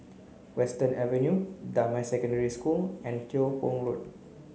Western Avenue Damai Secondary School and Tiong Poh Road